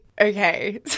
Okay